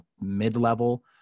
mid-level